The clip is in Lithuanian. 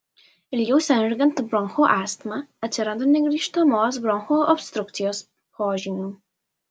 ilgiau sergant bronchų astma atsiranda negrįžtamos bronchų obstrukcijos požymių